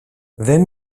δεν